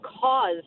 cause